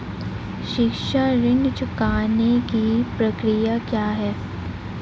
शिक्षा ऋण चुकाने की प्रक्रिया क्या है?